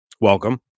welcome